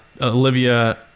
olivia